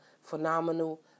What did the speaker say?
phenomenal